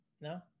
No